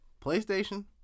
Playstation